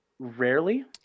Rarely